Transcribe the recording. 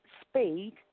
speed